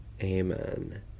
Amen